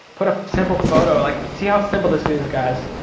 put a simple photo, like see how simple this is, guys.